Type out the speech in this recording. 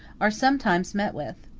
are sometimes met with.